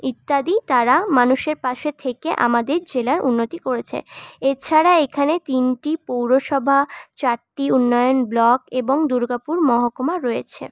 ইত্যাদি তারা মানুষের পাশে থেকে আমাদের জেলার উন্নতি করেছে এছাড়া এখানে তিনটি পৌরসভা চারটি উন্নয়ন ব্লক এবং দুর্গাপুর মহকুমা রয়েছে